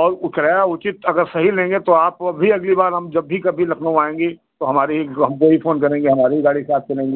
और उ किराया उचित अगर सही लेंगे तो आप भी अगली बार जब भी कभी लखनऊ आएँगी तो हमारी ही हमको ही फोन करेंगी हमारी ही गाड़ी से आप चलेंगी